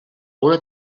una